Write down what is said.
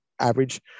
average